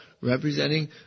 representing